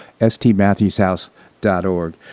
Stmatthewshouse.org